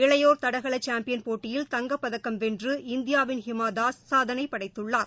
இளையோர் தடகளசாம்பியன் போட்டியில் தங்கப் பதக்கம் வென்று இந்தியாவின் ஹிமாதாஸ் சாதனைபடைத்துள்ளார்